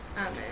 Amen